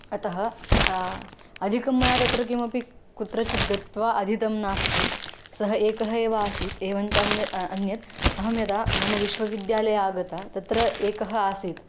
अतः अधिकं मया तत्र किमपि कुत्रचित् गत्वा अधीतं नास्ति सः एकः एव आसीत् एवञ्च अन्ये अन्यत् अहं यदा मम विश्वविद्यालये आगता तत्र एकः आसीत्